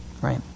Right